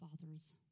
fathers